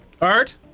Art